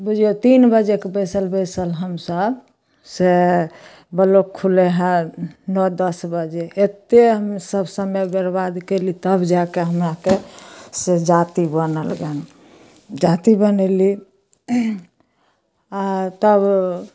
बुझिऔ तीन बजेके बैसल बैसल हमसभ से ब्लॉक खुललै हँ नओ दस बजे एतेक हमसभ समय बरबाद कएली तब जाकऽ हमराके से जाति बनल गन जाति बनेली आओर तब